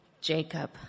Jacob